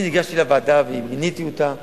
אני ניגשתי לוועדה ומיניתי אותה,